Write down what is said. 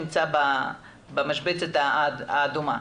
נמצא במשבצת האדומה.